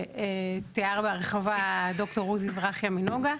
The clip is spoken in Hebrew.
שתיאר בהרחבה ד"ר עוזי זרחיה מנגה,